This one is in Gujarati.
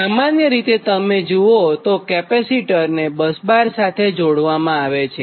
સામાન્ય રીતે તમે જુઓ તો કેપેસિટરને બસબાર સાથે જોડવામાં આવે છે